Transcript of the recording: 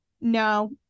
no